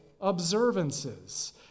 observances